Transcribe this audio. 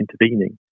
intervening